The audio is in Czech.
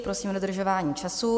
Prosím o dodržování času.